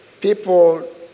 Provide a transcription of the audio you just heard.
people